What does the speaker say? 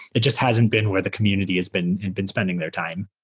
it just hasn't been where the community had been and been spending their time.